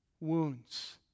wounds